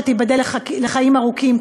שייבדלו לחיים ארוכים,